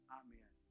amen